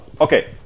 Okay